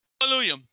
Hallelujah